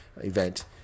event